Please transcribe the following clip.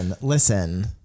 listen